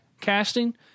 casting